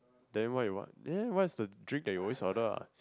then what you want then what is the drink that you always order ah